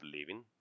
Living